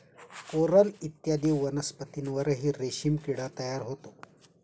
coral इत्यादी वनस्पतींवरही रेशीम किडा तयार होतो